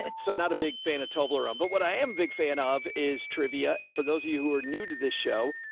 and so not a big fan of toblerone, but what i am big fan of is trivia. and for those of you who are new to this show.